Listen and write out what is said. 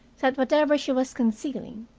that whatever she was concealing,